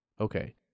Okay